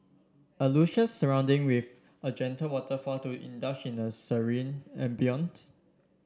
a surrounding with a gentle waterfall to indulge in a serene ambience